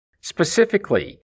specifically